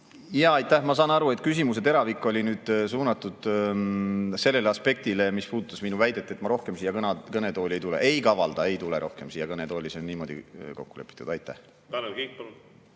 Aitäh! Ma saan aru, et küsimuse teravik oli suunatud sellele aspektile, mis puudutas minu väidet, et ma täna rohkem siia kõnetooli ei tule. Ei kavalda, ei tule rohkem siia kõnetooli, see on niimoodi kokku lepitud. Aitäh!